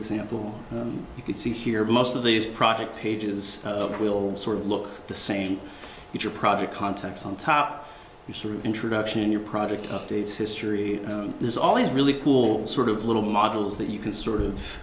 example you can see here most of these project pages will sort of look the same if your project contacts on top you sort of introduction in your product updates history there's all these really cool sort of little models that you can sort of